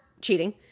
cheating